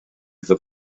iddo